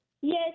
Yes